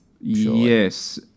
Yes